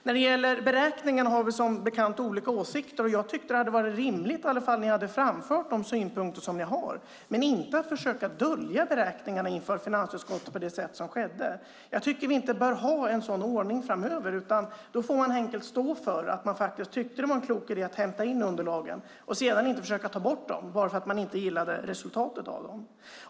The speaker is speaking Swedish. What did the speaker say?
När det gäller beräkningarna har vi som bekant olika åsikter. Det hade varit rimligt att ni hade framfört era synpunkter och inte försökt dölja beräkningarna i finansutskottet på det sätt som skedde. Vi bör inte ha en sådan ordning framöver, utan man får helt enkelt stå för att man tyckte att det var en klok idé att hämta in underlagen och inte försöka ta bort dem bara för att man inte gillar resultatet.